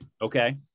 Okay